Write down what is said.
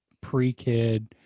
pre-kid